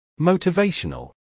Motivational